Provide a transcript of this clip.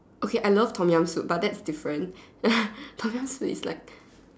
okay I love Tom-Yum soup but that's different Tom-Yum soup is like